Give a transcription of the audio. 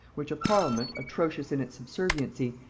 which a parliament, atrocious in its subserviency,